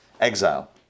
exile